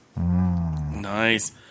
Nice